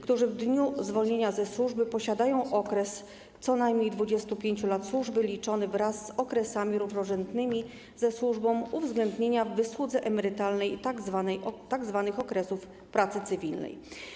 którzy w dniu zwolnienia ze służby posiadają okres co najmniej 25 lat służby liczony wraz z okresami równorzędnymi ze służbą, uwzględnienia w wysłudze emerytalnej tzw. okresów pracy cywilnej.